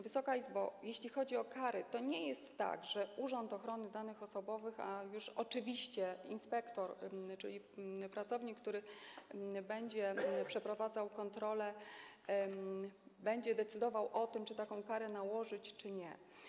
Wysoka Izbo, jeśli chodzi o kary, to nie jest tak, że Urząd Ochrony Danych Osobowych, a już oczywiście inspektor, czyli pracownik, który będzie przeprowadzał kontrole, będzie decydował o tym, czy taką karę nałożyć, czy nie.